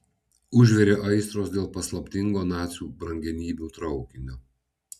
užvirė aistros dėl paslaptingo nacių brangenybių traukinio